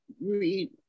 read